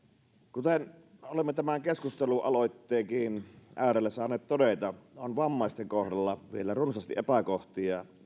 kuten olemme tämän keskustelualoitteenkin äärellä saaneet todeta on vammaisten kohdalla vielä runsaasti epäkohtia